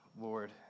Lord